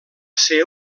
ser